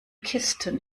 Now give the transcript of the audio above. kisten